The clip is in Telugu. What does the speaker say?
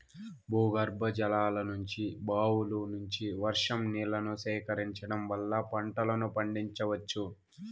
భూగర్భజలాల నుంచి, బావుల నుంచి, వర్షం నీళ్ళను సేకరించడం వల్ల పంటలను పండించవచ్చు